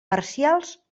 parcials